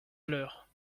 l’heure